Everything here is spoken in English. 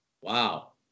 Wow